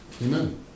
Amen